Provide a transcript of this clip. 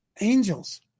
angels